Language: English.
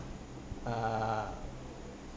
err